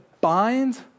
bind